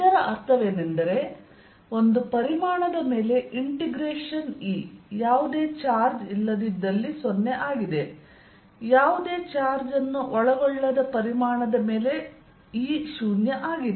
ಇದರ ಅರ್ಥವೇನೆಂದರೆ ಒಂದು ಪರಿಮಾಣದ ಮೇಲೆ ಇಂಟಿಗ್ರೇಷನ್ E ಯಾವುದೇ ಚಾರ್ಜ್ ಇಲ್ಲದಿದ್ದಲ್ಲಿ 0 ಆಗಿದೆ ಯಾವುದೇ ಚಾರ್ಜ್ ಅನ್ನು ಒಳಗೊಳ್ಳದ ಪರಿಮಾಣದ ಮೇಲೆ E ಶೂನ್ಯ ಆಗಿದೆ